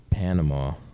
Panama